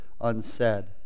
unsaid